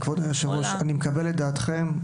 אני מקבל את דעתכם.